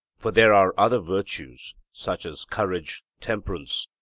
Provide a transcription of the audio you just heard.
for there are other virtues, such as courage, temperance,